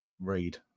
read